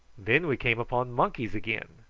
then we came upon monkeys again,